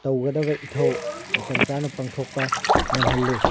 ꯇꯧꯒꯗꯕ ꯏꯊꯧ ꯃꯇꯝ ꯆꯥꯅ ꯄꯥꯡꯊꯣꯛꯄ ꯉꯝꯍꯜꯂꯤ